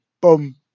boom